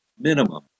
Minimum